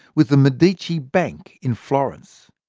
with the medici bank in florence.